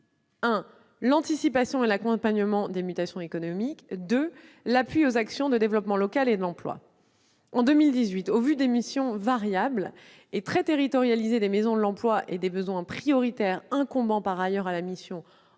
l'anticipation et l'accompagnement des mutations économiques ; deuxièmement, l'appui aux actions de développement local de l'emploi. En 2018, au vu des missions variables et très territorialisées des maisons de l'emploi et des besoins prioritaires incombant par ailleurs à la mission